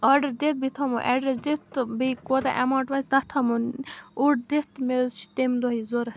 order دِتھ بیٚیہِ تھاومو اٮ۪ڈرٮ۪س دِتھ تہٕ بیٚیہِ کوتاہ اٮ۪ماوُںٛٹ واتہِ تَتھ تھَومو اوٚڑ دِتھ مےٚ حظ چھِ تمہِ دۄہ یہِ ضوٚرَتھ